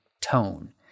tone